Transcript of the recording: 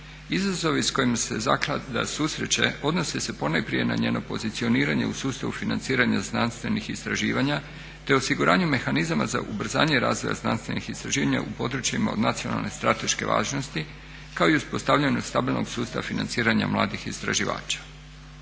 Izazovi s kojima se zaklada susreće odnose se ponajprije na njeno pozicioniranje u sustavu financiranja znanstvenih istraživanja, te osiguranju mehanizama za ubrzanje razvoja znanstvenih istraživanja u područjima od nacionalne, strateške važnosti kao i uspostavljanju stabilnog sustava financiranja mladih istraživača.